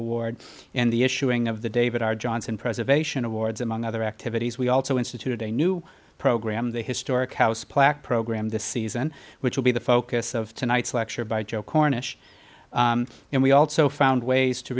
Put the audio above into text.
award and the issuing of the david r johnson preservation awards among other activities we also instituted a new program the historic house plaque program this season which will be the focus of tonight's lecture by joe cornish and we also found ways to